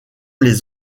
les